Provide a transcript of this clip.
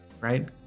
right